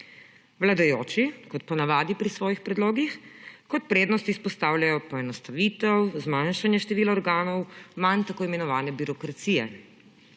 Vladajoči, kot po navadi pri svojih predlogih, kot prednost izpostavljajo poenostavitev, zmanjšanje števila organov, manj tako imenovane birokracije.